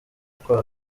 kwa